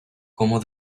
como